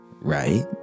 Right